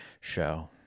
show